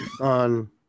on